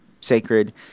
sacred